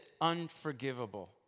unforgivable